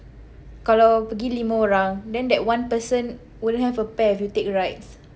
kalau pergi lima orang then that one person won't have a pair if you take rides